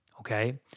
Okay